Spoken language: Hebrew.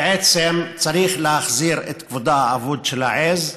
בעצם צריך להחזיר את כבודה האבוד של העז,